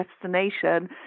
destination